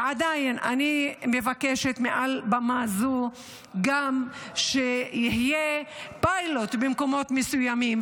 ועדיין אני מבקשת מעל במה זו גם שיהיה פיילוט במקומות מסוימים,